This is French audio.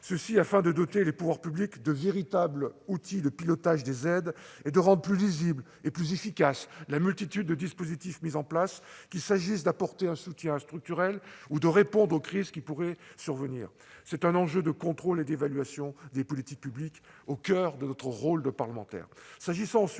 ce afin de doter les pouvoirs publics de véritables instruments de pilotage des aides et de rendre plus lisibles et plus efficaces la multitude de dispositifs mis en place, qu'il s'agisse d'apporter un soutien structurel ou de répondre aux crises qui pourraient survenir. Nous touchons là à un enjeu de contrôle et d'évaluation des politiques publiques et sommes au coeur de notre rôle de parlementaires.